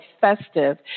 festive